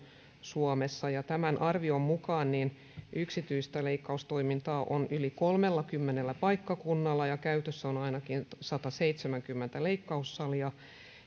suomessa ja tämän arvion mukaan yksityistä leikkaustoimintaa on yli kolmellakymmenellä paikkakunnalla käytössä on ainakin sataseitsemänkymmentä leikkaussalia